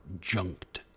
junked